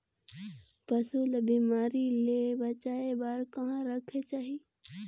पशु ला बिमारी ले बचाय बार कहा रखे चाही?